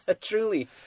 truly